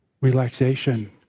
relaxation